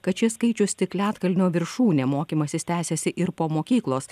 kad šis skaičius tik ledkalnio viršūnė mokymasis tęsiasi ir po mokyklos